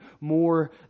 more